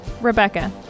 Rebecca